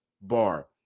Bar